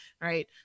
right